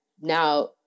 now